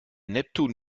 neptun